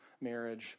marriage